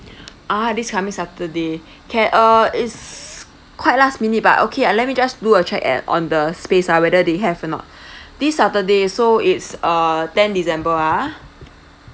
ah this coming saturday can uh is quite last minute but okay uh let me just do a check at on the space ah whether they have or not this saturday so it's uh tenth december ah